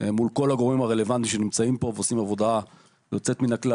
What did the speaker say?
מול כל הגורמים הרלוונטיים שנמצאים פה ושעושים עבודה יוצאת מן הכלל.